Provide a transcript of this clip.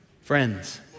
Friends